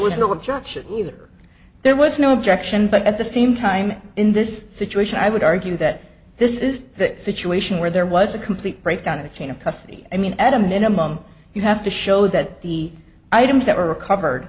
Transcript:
was no objection either there was no objection but at the same time in this situation i would argue that this is a situation where there was a complete breakdown of the chain of custody i mean at a minimum you have to show that the items that were recovered